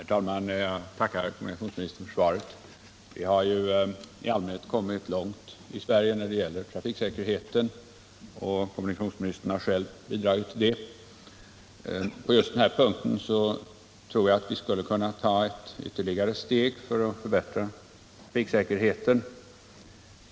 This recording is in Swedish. Herr talman! Jag tackar kommunikationsministern för svaret. Vi har i allmänhet kommit långt i Sverige när det gäller trafiksäkerheten, och kommunikationsministern har själv bidragit till det. På just den här punkten tror jag dock att vi skulle kunna ta ytterligare ett steg för att förbättra trafiksäkerheten.